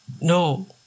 no